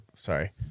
sorry